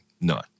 None